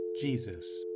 Jesus